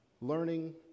learning